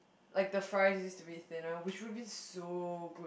like the fries used to be thinner which would be so good